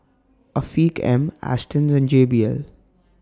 Afiq M Astons and J B L